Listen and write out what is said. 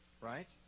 right